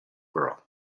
girl